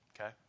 okay